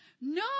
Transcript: No